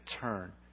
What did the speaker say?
turn